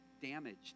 damaged